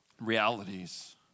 realities